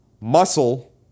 Muscle